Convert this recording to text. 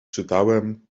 czytałem